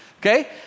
okay